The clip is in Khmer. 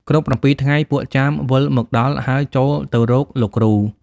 គ្រប់ ៧ ថ្ងៃ ពួកចាមវិលមកដល់ហើយចូលទៅរកលោកគ្រូ។